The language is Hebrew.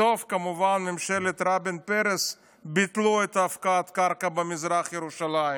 בסוף כמובן ממשלת רבין-פרס ביטלה את הפקעת הקרקע במזרח ירושלים,